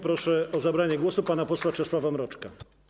Proszę o zabranie głosu pana posła Czesława Mroczka.